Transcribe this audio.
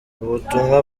ubutumwa